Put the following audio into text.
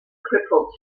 crippled